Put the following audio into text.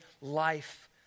life